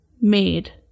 made